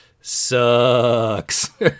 sucks